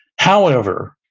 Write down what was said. however,